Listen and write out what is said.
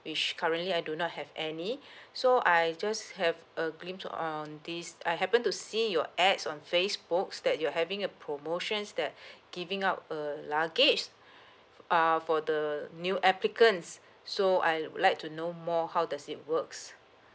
which currently I do not have any so I just have a glimpse on this I happened to see your ads on Facebook that you're having a promotions that giving up a luggage f~ err for the new applicants so I would like to know more how does it works